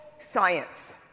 Science